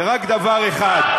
זה רק דבר אחד,